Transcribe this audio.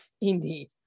Indeed